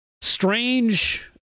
strange